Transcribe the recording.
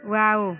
wow